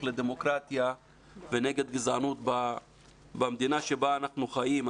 לדמוקרטיה ונגד גזענות במדינה שבה אנחנו חיים.